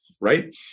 right